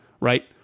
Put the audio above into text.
right